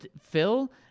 Phil